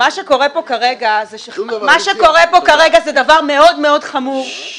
מה שקורה פה כרגע זה דבר מאוד מאוד חמור --- רק שנייה.